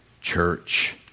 church